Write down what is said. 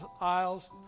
aisles